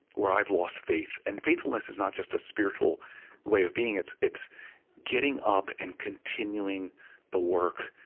where i've lost faith. and faithfulness is not just a spiritual way of being. it's it's getting up and continuing the work,